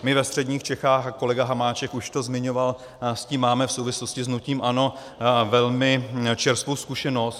My ve Středních Čechách, a kolega Hamáček už to zmiňoval, s tím máme v souvislosti s hnutím ANO velmi čerstvou zkušenost.